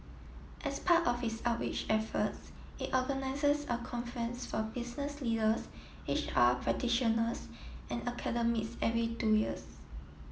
as part of its outreach efforts it organises a conference for business leaders H R practitioners and academics every two years